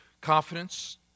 Confidence